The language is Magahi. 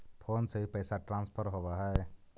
फोन से भी पैसा ट्रांसफर होवहै?